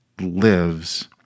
lives